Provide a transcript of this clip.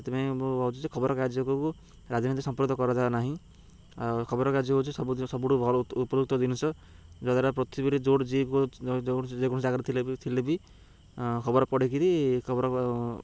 ସେଥିପାଇଁ ମୁଁ ଭାବଛି ଯେ ଖବର ଯୋଗୁକୁ ରାଜନୀତି ସମ୍ପ୍ରଦ କରାଯାଉ ନାହିଁ ଆଉ ଖବର କାର୍ଯ୍ୟ ହେଉଛି ସବୁ ସବୁଠୁ ଉପକୃତ ଜିନିଷ ଯଦ୍ୱାରା ପୃଥିବୀରେ ଯେଉଁଠୁ ଯିଏ ଯେକୌଣସି ଜାଗାରେ ଥିଲେ ବି ଥିଲେ ବି ଖବର ପଢ଼ିକିରି ଖବର